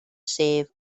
sef